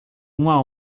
uma